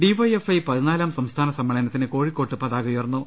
DYFI പതിനാലാം സംസ്ഥാന സമ്മേളനത്തിന് കോഴിക്കോട്ട് പതാക ഉയർന്നു